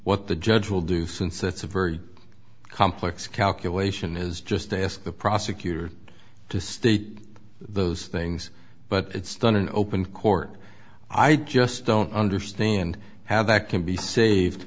what the judge will do since it's a very complex calculation is just to ask the prosecutor to state those things but it's done in open court i just don't understand how that can be saved